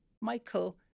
Michael